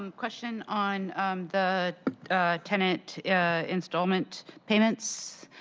um question on the tenant installment payments.